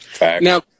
Now